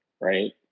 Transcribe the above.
right